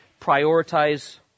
Prioritize